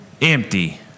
empty